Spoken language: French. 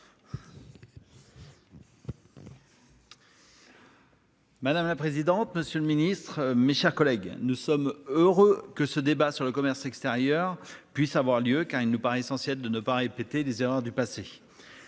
Madame la présidente. Monsieur le Ministre, mes chers collègues, nous sommes heureux que ce débat sur le commerce extérieur puissent avoir lieu car il nous paraît essentiel de ne pas répéter les erreurs du passé.